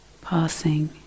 passing